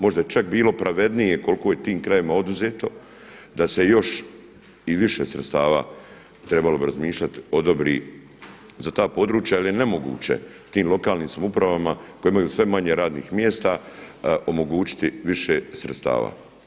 Možda je čak bilo pravednije koliko je tim krajevima oduzeto, da se još i više sredstava trebalo bi razmišljati odobri za ta područja jer je nemoguće tim lokalnim samoupravama koje imaju sve manje radnih mjesta omogućiti više sredstava.